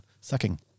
sucking